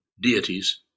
deities